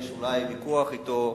יש אולי ויכוח אתו,